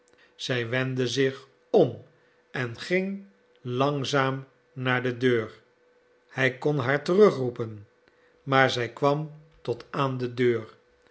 zij wendde zich om en ging langzaam naar de deur hij kon haar terugroepen maar zij kwam tot aan de deur